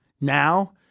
now